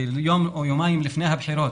יום או יומיים לפני הבחירות